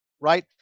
right